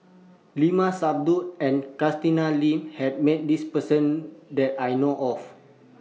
Limat Sabtu and Catherine Lim had Met This Person that I know of